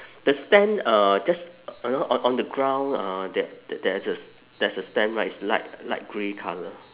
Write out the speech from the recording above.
the stand uh just on on on the ground uh there there is a there's a stand right it's light light grey colour